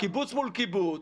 קיבוץ מול קיבוץ,